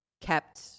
Kept